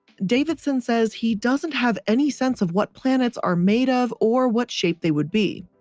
davidson says he doesn't have any sense of what planets are made of or what shape they would be.